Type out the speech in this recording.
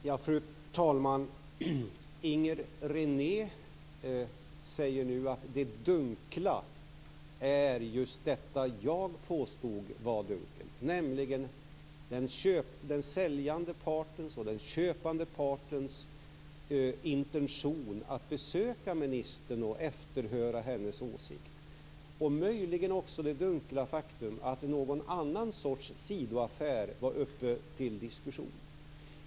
Fru talman! Inger René säger nu att det dunkla är just det som jag påstod var dunkelt, nämligen den säljande partens och den köpande partens intention att besöka ministern och efterhöra hennes åsikt och möjligen också det dunkla faktum att någon annan sorts sidoaffär var uppe till diskussion.